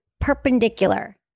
perpendicular